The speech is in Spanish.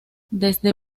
desde